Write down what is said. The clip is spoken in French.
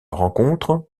rencontre